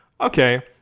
okay